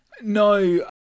No